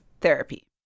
therapy